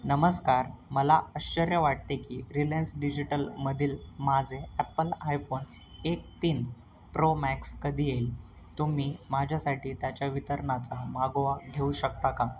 नमस्कार मला आश्चर्य वाटते की रिलायन्स डिजिटलमधील माझे ॲपल आयफोन एक तीन प्रो मॅक्स कधी येईल तुम्ही माझ्यासाठी त्याच्या वितरणाचा मागोवा घेऊ शकता का